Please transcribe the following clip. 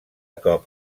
cop